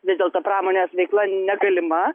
vis dėlto pramonės veikla negalima